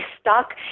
stuck